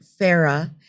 Farah